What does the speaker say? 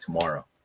tomorrow